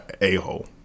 A-hole